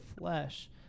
flesh